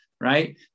right